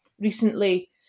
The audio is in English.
recently